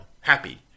happy